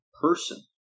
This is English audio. person